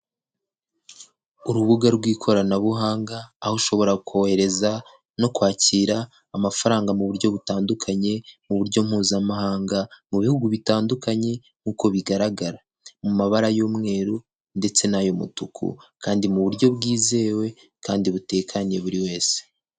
Urubuga rw'ikoranabuhanga aho ushobora kohereza no kwakira amafaranga mu buryo butandukanye, mu buryo mpuzamahanga, mu bihugu bitandukanye nk'uko bigaragara, mu mabara y'umweru ndetse n'ay'umutuku, kandi mu buryo bwizewe kandi butekaniye buri wese.